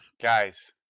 Guys